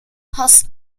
has